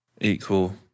equal